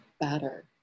better